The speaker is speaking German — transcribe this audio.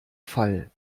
fall